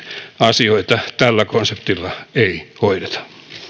asioita tällä konseptilla ei hoideta